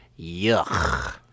yuck